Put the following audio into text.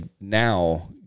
now